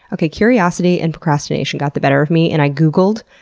okay, curiosity and procrastination got the better of me and i googled,